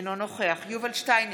אינו נוכח יובל שטייניץ,